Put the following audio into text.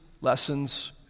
lessons